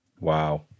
Wow